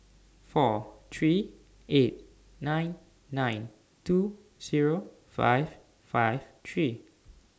four three eight nine nine two Zero five five three